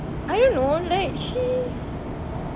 I don't know like she